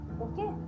Okay